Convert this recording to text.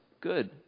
good